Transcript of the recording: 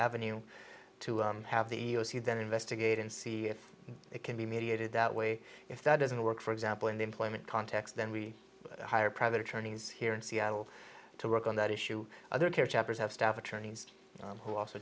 avenue to have the e e o c then investigate and see if it can be mediated that way if that doesn't work for example in the employment context then we hire private attorneys here in seattle to work on that issue other care chapters have staff attorneys who also